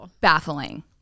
baffling